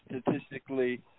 statistically